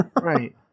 Right